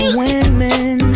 women